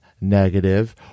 negative